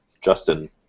Justin